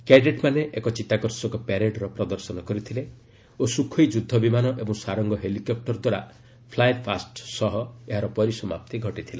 କ୍ୟାଡେଟ୍ମାନେ ଏକ ଚିତ୍ତାକର୍ଷକ ପ୍ୟାରେଡ୍ର ପ୍ରଦର୍ଶନ କରିଥିଲେ ଓ ସୁଖୋଇ ଯୁଦ୍ଧବିମାନ ଏବଂ ସାରଙ୍ଗ ହେଲିକପୂର ଦ୍ୱାରା ଫ୍ଲାଏ ପାଷ୍ଟ୍ ସହ ଏହାର ପରିସମାପ୍ତି ଘଟିଥିଲା